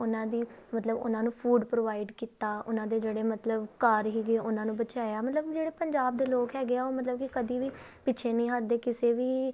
ਉਹਨਾਂ ਦੀ ਮਤਲਬ ਉਹਨਾਂ ਨੂੰ ਫੂਡ ਪ੍ਰੋਵਾਈਡ ਕੀਤਾ ਉਹਨਾਂ ਦੇ ਜਿਹੜੇ ਮਤਲਬ ਘਰ ਸੀਗੇ ਉਹਨਾਂ ਨੂੰ ਬਚਾਇਆ ਮਤਲਬ ਜਿਹੜੇ ਪੰਜਾਬ ਦੇ ਲੋਕ ਹੈਗੇ ਆ ਉਹ ਮਤਲਬ ਕਿ ਕਦੀ ਵੀ ਪਿੱਛੇ ਨਹੀਂ ਹੱਟਦੇ ਕਿਸੇ ਵੀ